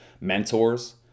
mentors